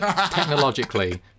Technologically